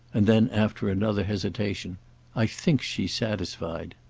and then after another hesitation i think she's satisfied.